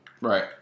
Right